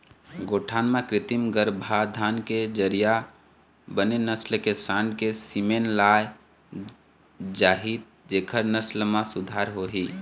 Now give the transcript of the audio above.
गौठान म कृत्रिम गरभाधान के जरिया बने नसल के सांड़ के सीमेन लाय जाही जेखर नसल म सुधार होही